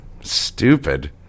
Stupid